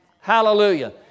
Hallelujah